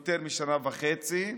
יותר משנה וחצי,